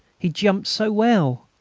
he jumped so well.